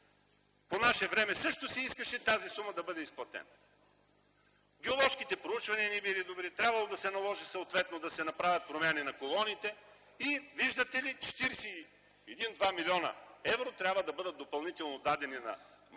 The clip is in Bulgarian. По наше време също се искаше тази сума да бъде изплатена. Геоложките проучвания не били добри, трябвало да се наложи съответно да се направят промени на колоните, и виждате ли, 41-42 млн. евро трябва да бъдат допълнително дадени на „Мапа